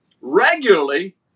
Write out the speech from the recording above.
regularly